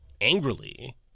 angrily